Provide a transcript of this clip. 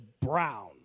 brown